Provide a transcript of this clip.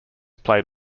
played